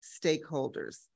stakeholders